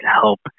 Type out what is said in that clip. help